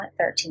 13